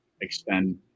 extend